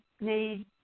need